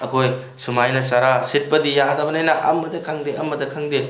ꯑꯩꯈꯣꯏ ꯁꯨꯃꯥꯏꯅ ꯆꯔꯥ ꯁꯤꯠꯄꯗꯤ ꯌꯥꯗꯕꯅꯤꯅ ꯑꯃꯗ ꯈꯪꯗꯦ ꯑꯃꯗ ꯈꯪꯗꯦ